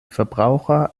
verbraucher